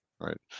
Right